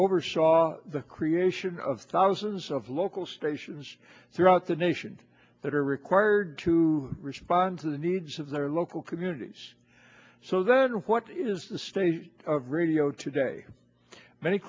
oversaw the creation of thousands of local stations throughout the nation they are required to respond to the needs of their local communities so then what is the state of radio today many